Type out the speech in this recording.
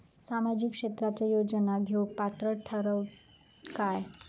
सामाजिक क्षेत्राच्या योजना घेवुक पात्र ठरतव काय?